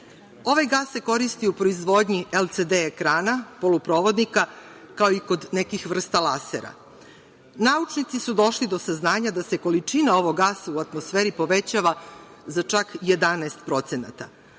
Ovaj gas se koristi u proizvodnji LCD ekrana, poluprovodnika, kao i kod nekih vrsta lasera. Naučnici su došli do saznanja da se količina ovog gasa u atmosferi povećava za čak 11%. Agencija